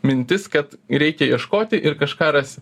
mintis kad reikia ieškoti ir kažką rasi